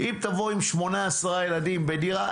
אם תבוא עם שמונה-עשרה ילדים בדירה,